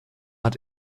hat